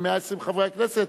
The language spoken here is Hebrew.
מ-120 חברי הכנסת,